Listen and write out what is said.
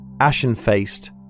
ashen-faced